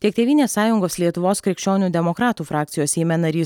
tiek tėvynės sąjungos lietuvos krikščionių demokratų frakcijos seime narys